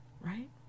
Right